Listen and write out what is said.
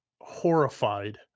horrified